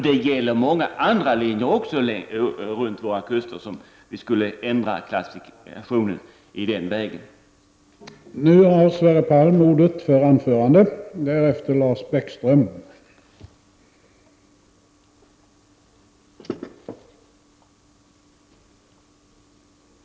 Det gäller också många andra linjer runt våra kuster som vi borde ändra klassificeringen på.